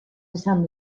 izan